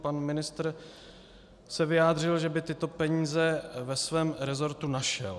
Pan ministr se vyjádřil, že by tyto peníze ve svém rezortu našel.